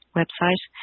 website